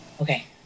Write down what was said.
Okay